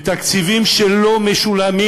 בתקציבים שלא משולמים,